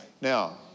Now